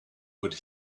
would